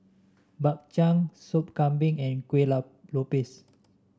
Bak Chang Sop Kambing and Kueh Lopes